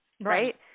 right